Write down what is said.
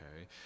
okay